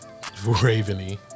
Raveny